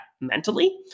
mentally